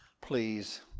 Please